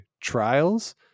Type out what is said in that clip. trials